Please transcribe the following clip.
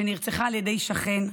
שנרצחה על ידי שכן,